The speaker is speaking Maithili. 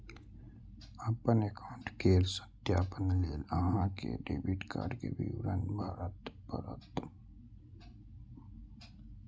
अपन एकाउंट केर सत्यापन लेल अहां कें डेबिट कार्ड के विवरण भरय पड़त